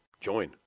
Join